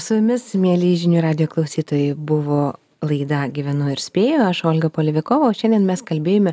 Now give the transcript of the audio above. su jumis mieli žinių radijo klausytojai buvo laida gyvenu ir spėju aš olga palivikova o šiandien mes kalbėjome